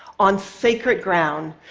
on sacred ground,